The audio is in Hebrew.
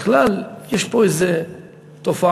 בכלל, יש פה איזו תופעה